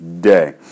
day